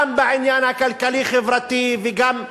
גם בעניין הכלכלי-חברתי וגם,